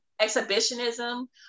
exhibitionism